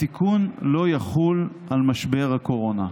התיקון לא יחול על משבר הקורונה.